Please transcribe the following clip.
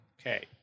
Okay